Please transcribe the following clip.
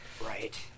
Right